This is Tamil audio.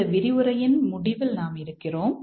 இந்த விரிவுரையின் முடிவில் நாம் இருக்கிறோம்